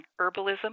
herbalism